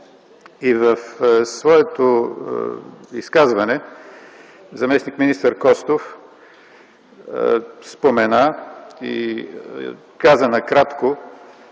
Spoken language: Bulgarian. И в своето изказване заместник-министър Костов спомена и каза накратко,